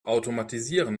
automatisieren